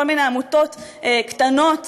כל מיני עמותות קטנות,